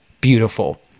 Beautiful